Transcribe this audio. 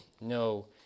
no